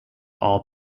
all